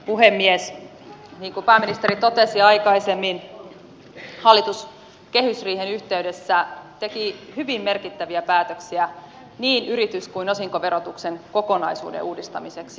niin kuin pääministeri totesi aikaisemmin hallitus kehysriihen yhteydessä teki hyvin merkittäviä päätöksiä niin yritys kuin osinkoverotuksenkin kokonaisuuden uudistamiseksi